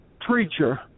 Preacher